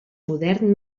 modern